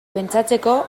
pentsatzeko